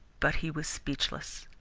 but he was speechless.